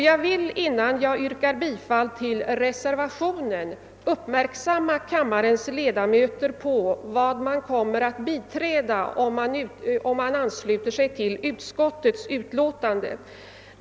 Jag vill, innan jag yrkar bifall till reservationen, uppmärksamma kammarens ledamöter på vad man kommer att biträda, om man ansluter sig till utskottets förslag.